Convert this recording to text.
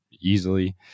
easily